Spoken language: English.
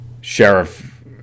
Sheriff